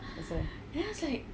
what's that